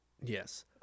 Yes